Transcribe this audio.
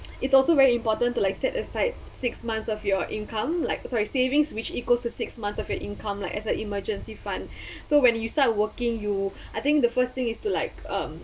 it's also very important to like set aside six months of your income like sorry savings which equals to six months of your income like as an emergency fund so when you start working you I think the first thing is to like um